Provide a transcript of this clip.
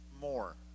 more